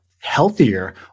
healthier